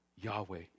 Yahweh